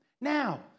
Now